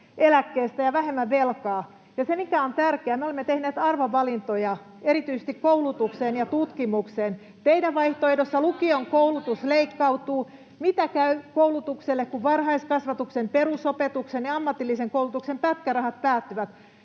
eläkkeestä ja vähemmän velkaa. Ja mikä on tärkeää, me olemme tehneet arvovalintoja erityisesti koulutukseen ja tutkimukseen. Teidän vaihtoehdossanne lukion koulutus leikkautuu. [Välihuuto vasemmalta] Mitä käy koulutukselle, kun varhaiskasvatuksen, perusopetuksen ja ammatillisen koulutuksen pätkärahat päättyvät?